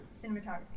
Cinematography